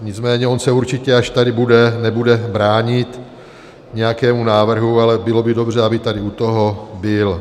Nicméně on se určitě, až tady bude, nebude bránit nějakému návrhu, ale bylo by dobře, aby tady u toho byl.